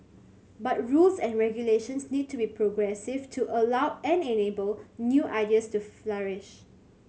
but rules and regulations need to be progressive to allow and enable new ideas to flourish